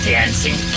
Dancing